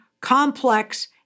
complex